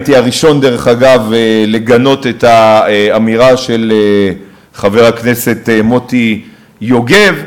הייתי הראשון לגנות את האמירה של חבר הכנסת מוטי יוגב,